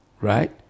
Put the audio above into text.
right